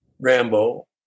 Rambo